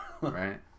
Right